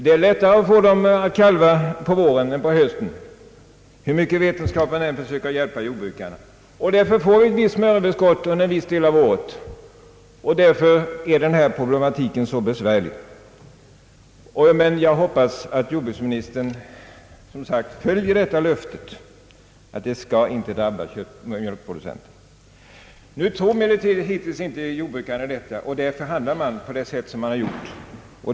Det är lättare att få djuren att kalva på våren än på hösten, hur mycket vetenskapen än försöker hjälpa jordbrukarna. Därför har vi smöröverskott under en viss del av året och därmed denna besvärliga problematik. Men jag hoppas som sagt att jordbruksministern fullföljer löftet att mjölkproducenterna inte skall drabbas i sammanhanget. Hittills har jordbrukarna dock inte trott på detta utan handlat så som de gjort.